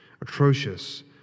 atrocious